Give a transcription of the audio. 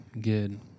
good